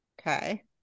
okay